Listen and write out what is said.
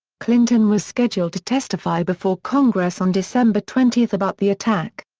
clinton was scheduled to testify before congress on december twenty about the attack.